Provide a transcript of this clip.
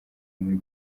muri